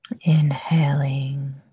Inhaling